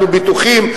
אנחנו בטוחים,